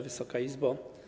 Wysoka Izbo!